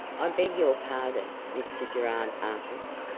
i beg your pardon, mr gerard artis,